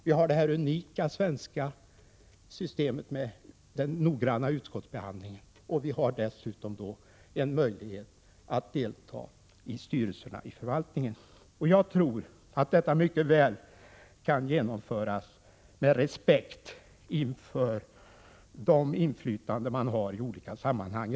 Vi har det unika svenska systemet med den noggranna utskottsbehandlingen och vi har dessutom en möjlighet att delta i styrelserna i förvaltningen. Jag tror att detta mycket väl kan genomföras med respekt för det inflytande man har i olika sammanhang.